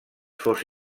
fos